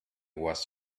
was